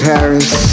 Paris